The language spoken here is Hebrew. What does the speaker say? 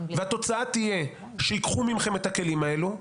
והתוצאה תהיה שייקחו מכם את הכלים האלו,